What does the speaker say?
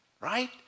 right